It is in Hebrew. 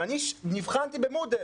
ואני נבחנתי במודל.